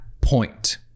point